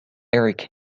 eric